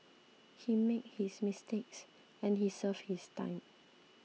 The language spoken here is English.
he made his mistakes and he served his time